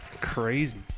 crazy